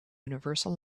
universal